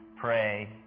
pray